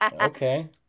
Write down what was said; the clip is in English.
Okay